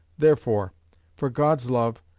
therefore for god's love,